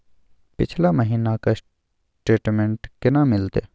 पिछला महीना के स्टेटमेंट केना मिलते?